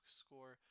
score